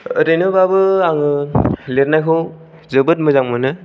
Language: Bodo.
आरैनोबाबो आङो लिरनायखौ जोबोद मोजां मोनो